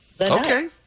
Okay